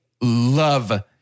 love